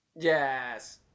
Yes